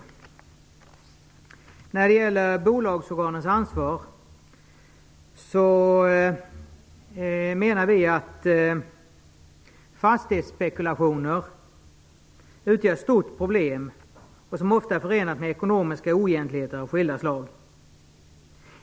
Vi menar när det gäller bolagsorganens ansvar att fastighetsspekulationer utgör ett stort problem, som ofta är förenat med ekonomiska oegentligheter av skilda slag.